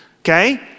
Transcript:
okay